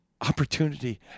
opportunity